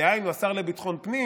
דהיינו השר לביטחון פנים